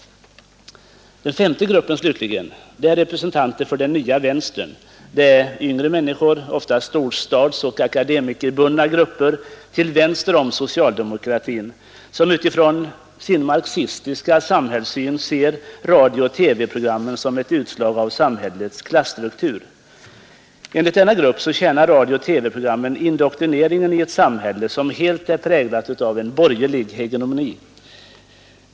Den femte gruppen slutligen består av representanter för den nya vänstern — yngre, ofta storstadsoch akademikerbundna grupper till vänster om socialdemokratin — som från sin marxistiska samhällssyn ser radiooch TV-programmen som ett utslag av samhällets klasstruktur. Enligt denna grupp tjänar radiooch TV-programmen indoktrineringen i ett samhälle som helt är präglat av borgerlig hegemoni.